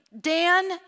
Dan